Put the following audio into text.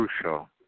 crucial